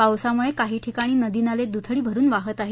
पावसामुळे काही ठिकाणी नदी नाले दुथडी भरुन वाहत आहेत